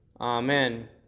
Amen